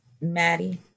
Maddie